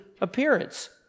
appearance